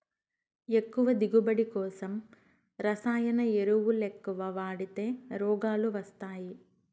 ఎక్కువ దిగువబడి కోసం రసాయన ఎరువులెక్కవ వాడితే రోగాలు వస్తయ్యి